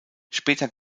später